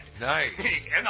Nice